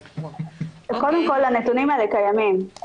קודם כל הנתונים האלה קיימים,